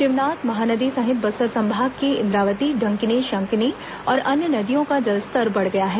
शिवनाथ महानदी सहित बस्तर संभाग की इंद्रावती डंकिनी शंखिनी और अन्य नदियों का जलस्तर बढ़ गया है